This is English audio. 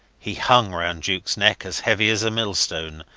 he hung round jukes neck as heavy as a millstone,